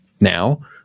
Now